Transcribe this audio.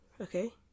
okay